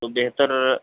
تو بہتر